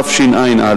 תשע"א,